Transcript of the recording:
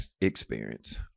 experience